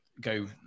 go